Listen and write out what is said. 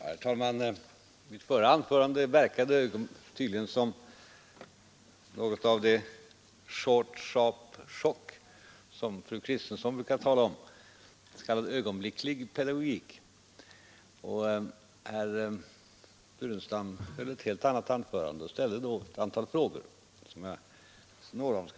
Herr talman! Mitt förra anförande verkade tydligen som något av en ”short sharp shock”, som fru Kristensson brukar tala om — s.k. ögonblicklig pedagogik — och herr Burenstam Linder höll ett helt annat anförande och ställde då ett antal frågor. Jag skall besvara några av dem.